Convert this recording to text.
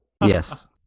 Yes